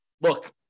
look